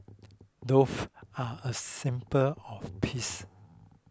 dove are a symbol of peace